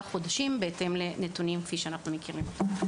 חודשים בהתאם לנתונים כפי שאנחנו מכירים.